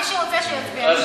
מי שרוצה שיצביע.